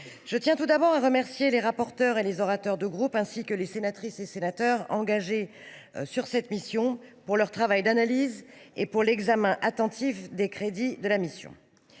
je tiens tout d’abord à remercier les rapporteurs et les orateurs de groupe, ainsi que les sénatrices et sénateurs engagés sur cette mission, de leur travail d’analyse et de l’examen attentif des crédits de la mission.